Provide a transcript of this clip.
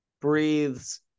breathes